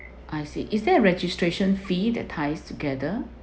I see is there a registration fee that ties together